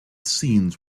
scenes